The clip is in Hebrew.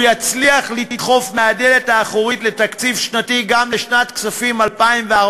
ווא יצליח לדחוף מהדלת האחורית תקציב שנתי גם לשנת הכספים 2017,